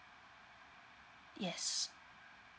yes